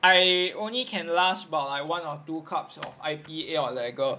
I only can last by one or two cups of I_P_A or lagar